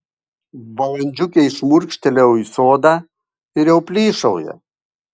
valandžiukei šmurkštelėjau į sodą ir jau plyšauja